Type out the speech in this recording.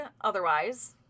otherwise